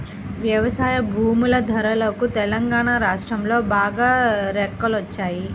వ్యవసాయ భూముల ధరలకు తెలంగాణా రాష్ట్రంలో బాగా రెక్కలొచ్చాయి